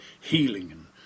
healing